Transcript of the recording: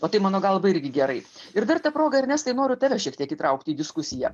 o tai mano galva irgi gerai ir dar ta proga ernestai noriu tave šiek tiek įtraukti į diskusiją